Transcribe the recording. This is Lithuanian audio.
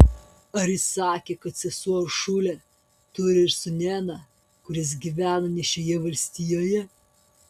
ar ji sakė kad sesuo uršulė turi ir sūnėną kuris gyvena ne šioje valstijoje